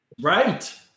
Right